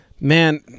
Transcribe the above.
man